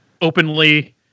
openly